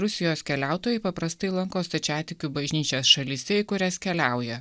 rusijos keliautojai paprastai lanko stačiatikių bažnyčias šalyse į kurias keliauja